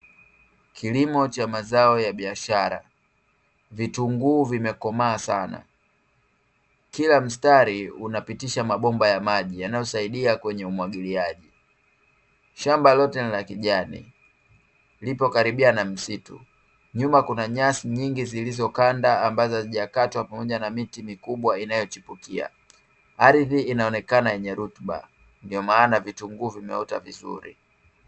Kilimo cha mazao ya biashara, vitunguu vimekomaa sana. Kila mstari unapitisha mabomba ya maji yanayosaidia kwenye umwagiliaji. Shamba lote ni la kijani, lipo karibia na msitu. Nyuma kuna nyasi nyingi zilizokanda ambazo hazijakatwa pamoja na miti mikubwa inayochipukia. Ardhi inaonekana yenye rutuba ndio maana vitunguu vimeota vizuri.